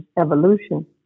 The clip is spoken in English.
evolution